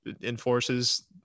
enforces